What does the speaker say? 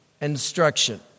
instruction